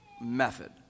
method